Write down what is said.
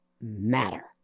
matter